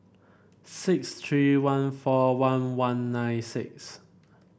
six three one four one one nine six